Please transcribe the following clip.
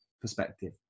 perspective